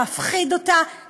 להפחיד אותה,